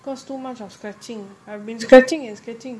because too much of scratching I've been scratching and scratching